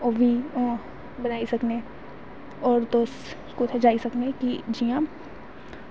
ओह् बी बनाई सकने और तुस कुत्थें जाई सकने कि जियां